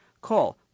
Call